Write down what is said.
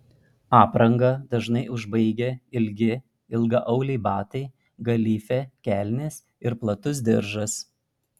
aprangą dažnai užbaigia ilgi ilgaauliai batai galifė kelnės ir platus diržas